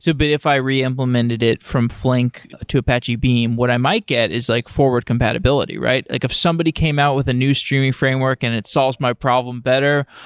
but if i reimplemented it from flink to apache beam, what i might get is like forward compatibility, right? like if somebody came out with a new streaming framework and it solves my problem better,